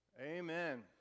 amen